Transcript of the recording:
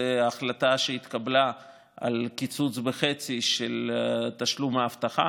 זה החלטה שהתקבלה על קיצוץ בחצי של תשלום האבטחה